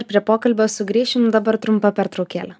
prie pokalbio sugrįšim dabar trumpa pertraukėlė